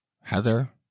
Heather